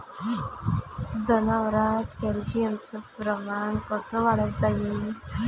जनावरात कॅल्शियमचं प्रमान कस वाढवता येईन?